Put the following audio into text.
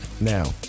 Now